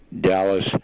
Dallas